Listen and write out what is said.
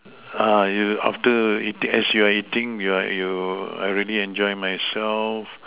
ah you after eating as you are eating you are you I really enjoying myself